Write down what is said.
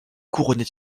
couronnée